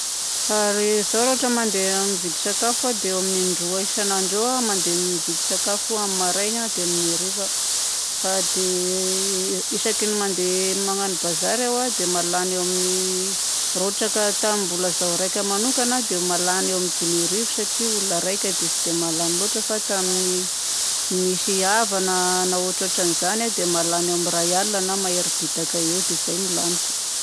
Ary zaho raha ohatra mandeha mividy sakafo a, dia eo amin'ny indroa isan'andro eo a mandeha mividy sakafo amin'ny maraina dia amin'ny hariva. A dia isaky ny mandeha magnano bazary aho dia mahalany eo amin'ny, raha ohatra ka tamin'ny mbola zaho raika manokagna, dia mahalany eo amin'ny dimy arivo satria ologna raika dia tsy dia mahalany loatra fa tamin'ny nisy havana na ôtrôtran'izany a dia mahalany eo amin'ny ray alina na mahery bitaka eo dia zay no laniko.